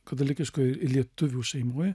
katalikiškoj lietuvių šeimoj